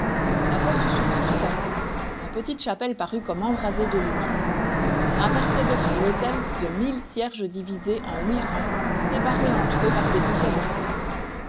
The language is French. la porte s'ouvrit tout à coup la petite chapelle parut comme embrasée de lumière on apercevait sur l'autel plus de mille cierges divisés en huit rangs séparés entre eux par des bouquets de fleurs